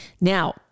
Now